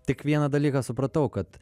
tik vieną dalyką supratau kad